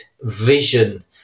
vision